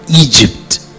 Egypt